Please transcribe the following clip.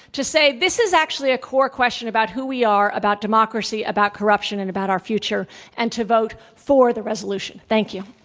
to say this is actually a core question about who we are, about democracy, about corrup tion, and about our future and to vote for the resolution. thank you.